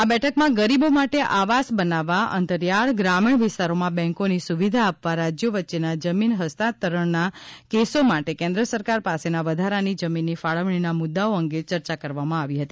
આ બેઠકમાં ગરીબો માટે આવાસ બનાવવા અંતરીયાળ ગ્રામીણ વિસ્તારોમાં બેંકોની સુવિધા આપવા રાજ્યો વચ્ચેના જમીન હસ્તાંતરણના કેસો માટે કેન્દ્ર સરકાર પાસેના વધારાની જમીનની ફાળવણીના મુદ્દાઓ અંગે ચર્ચા કરવામાં આવી હતી